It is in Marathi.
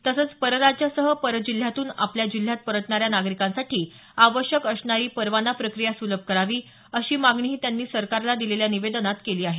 तसंच परराज्यासह पर जिल्ह्यातून आपल्या जिल्ह्यात परतणाऱ्या नागरिकांसाठी आवश्यक असणारी परवाना प्रक्रिया सुलभ करावी अशी मागणीही त्यांनी सरकारला दिलेल्या निवेदनात केली आहे